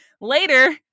later